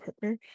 partner